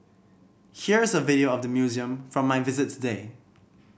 here is a video of the museum from my visit today